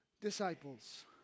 disciples